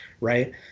right